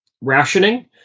rationing